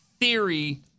theory